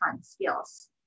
skills